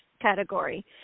category